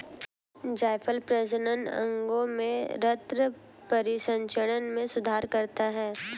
जायफल प्रजनन अंगों में रक्त परिसंचरण में सुधार करता है